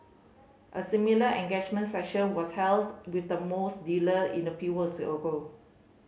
a similar engagement session was held with the mosque leader in a few was ago